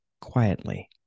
quietly